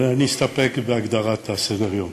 אבל אני אסתפק בהגדרת סדר-היום.